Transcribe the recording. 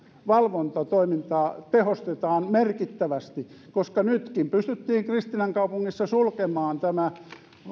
valvontatoimintaa tehostetaan merkittävästi koska nytkin pystyttiin kristiinankaupungissa sulkemaan tämä